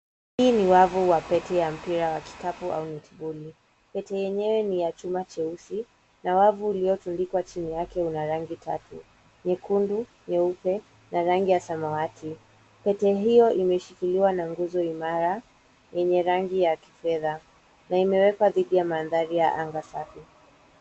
Hii ni wavu wa pete ya mpira ya kikapu au netiboli. Neti yenyewe ni ya chuma cheusi na wavu iliyotundikwa chini yake una rangi tatu nyekundu, nyeupe na rangi ya samawati. Pete hiyo imeshikiliwa na nguzo imara yenye rangi ya kifedha na imewekwa dhidi ya mandhari ya anga safi.